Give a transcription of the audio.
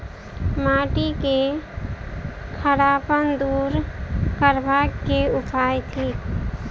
माटि केँ खड़ापन दूर करबाक की उपाय थिक?